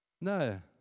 No